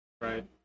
Right